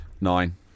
Nine